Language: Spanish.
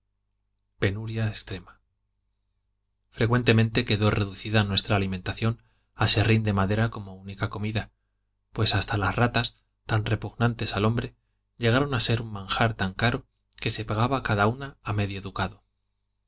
penuria extrema frecuentemente quedó reducida nuestra alimentación a serrín de madera como única comida pues hasta las ratas tan repugnantes al hombre llegaron a ser un manjar tan caro que se pagaba cada una a medio ducado